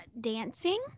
dancing